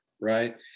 right